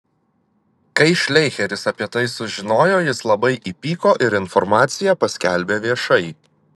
kai šleicheris apie tai sužinojo jis labai įpyko ir informaciją paskelbė viešai